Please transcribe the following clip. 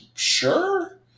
Sure